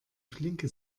flinke